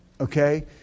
Okay